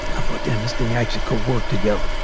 i thought damnest thing actually could work together